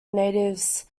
natives